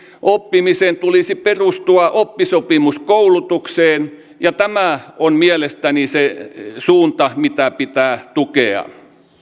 oppimisen tulisi perustua oppisopimuskoulutukseen ja tämä on mielestäni se suunta mitä pitää tukea